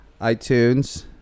iTunes